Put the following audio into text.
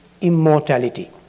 immortality